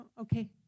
okay